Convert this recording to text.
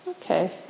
Okay